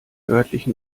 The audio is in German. örtlichen